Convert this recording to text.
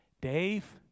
Dave